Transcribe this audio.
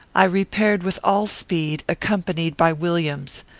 i repaired with all speed, accompanied by williams.